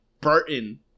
Burton